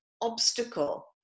obstacle